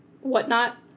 whatnot